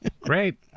Great